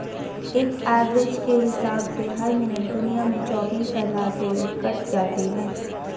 एक एवरेज के हिसाब से हर मिनट दुनिया में चौबीस हज़ार पेड़ कट जाते हैं